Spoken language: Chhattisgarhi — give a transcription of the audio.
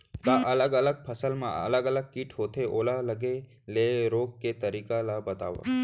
का अलग अलग फसल मा अलग अलग किट होथे, ओला लगे ले रोके के तरीका ला बतावव?